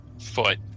foot